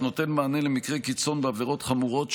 נותן מענה למקרה קיצון בעבירות חמורות,